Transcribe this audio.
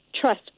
trust